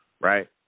right